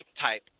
type